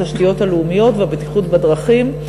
התשתיות הלאומיות והבטיחות בדרכים,